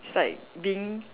it's like being